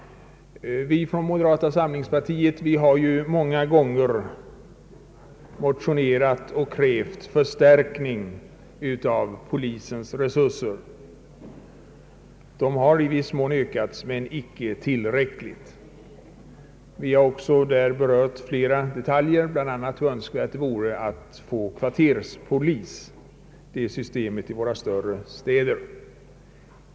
Vi från moderata samlingspartiet har många gånger motionerat och krävt en förstärkning av polisens resurser. Dessa har i viss mån ökats men icke tillräckligt. Vi har också berört flera detaljer, bl.a. hur önskvärt det vore att få systemet med kvarterspolis infört i våra större städer.